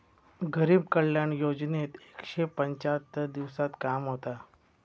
गरीब कल्याण योजनेत एकशे पंच्याहत्तर दिवसांत काम होता